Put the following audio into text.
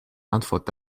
antwort